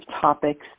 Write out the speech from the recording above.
topics